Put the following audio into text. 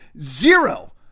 Zero